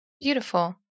beautiful